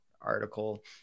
article